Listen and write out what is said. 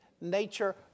nature